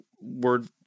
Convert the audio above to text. word